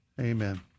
Amen